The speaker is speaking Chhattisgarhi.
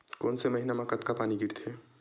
कोन से महीना म कतका पानी गिरथे?